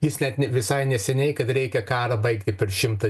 jis net ne visai neseniai kad reikia karą baigti per šimtą